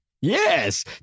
Yes